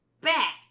back